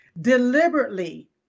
deliberately